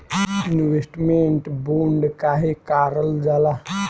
Investment bond काहे कारल जाला?